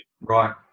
Right